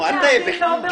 גברתי לא ברשות דיבור.